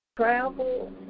travel